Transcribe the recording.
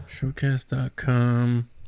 Showcast.com